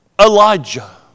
Elijah